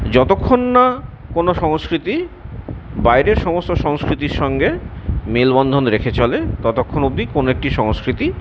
যতক্ষণ না কোনো সংস্কৃতি বাইরের সমস্ত সংস্কৃতির সঙ্গে মেলবন্ধন রেখে চলে ততক্ষণ অবধি কোনো একটি সংস্কৃতি